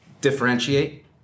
differentiate